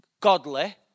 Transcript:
godly